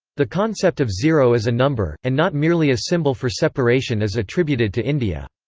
the concept of zero as a number, and not merely a symbol for separation is attributed to india.